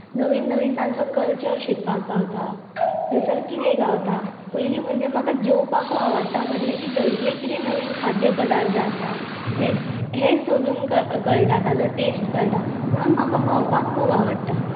नवीन नवीन तांचो कल्चर शिकपाक गावता थंयसर कितें गावता पयलीं म्हणजें म्हाका जेवपाकूय आवडटा म्हणटलें की थंयसरलें कितें नवीन खाद्य पदार्थ आसा हें हें सोदून कळटा ताचो टेस्ट कळटा म्हणून म्हाका भोंवपाक खूब आवडटा